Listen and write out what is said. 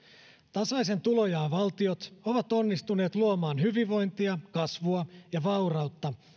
tasaisen tulonjaon valtiot ovat onnistuneet luomaan hyvinvointia kasvua ja vaurautta